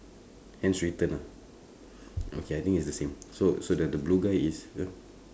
hands straighten ah okay I think is the same so so that the blue guy is uh